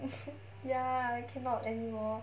ya cannot anymore